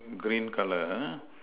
green colour ah